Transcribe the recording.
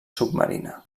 submarina